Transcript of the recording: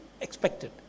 expected